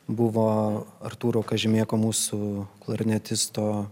buvo artūro kažemėko mūsų klarnetisto